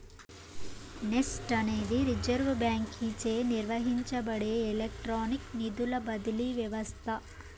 NEFT అనేది reserve బాంకీచే నిర్వహించబడే ఎలక్ట్రానిక్ నిధుల బదిలీ వ్యవస్త